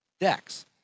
decks